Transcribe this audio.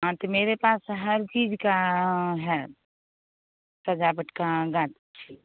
हाँ तो मेरे पास हर चीज़ की है सजावट की गाछी